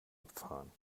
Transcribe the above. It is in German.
abfahren